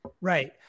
Right